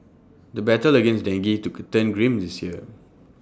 the battle against dengue to could turn grim this year